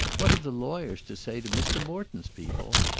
what are the lawyers to say to mr. morton's people?